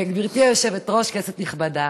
גברתי היושבת-ראש, כנסת נכבדה,